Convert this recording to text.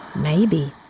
maybe.